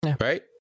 Right